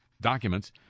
documents